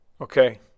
Okay